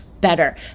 better